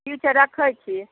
ठीक छै रक्खै छी